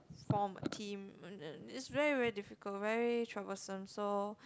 form a team it's very very difficult very troublesome so